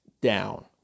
down